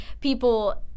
People